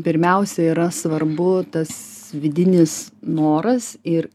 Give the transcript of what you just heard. pirmiausia yra svarbu tas vidinis noras ir